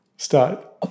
start